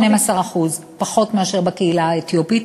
12% פחות מאשר בקהילה האתיופית.